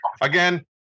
Again